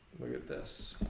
look at this